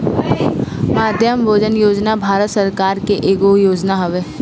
मध्याह्न भोजन योजना भारत सरकार के एगो योजना हवे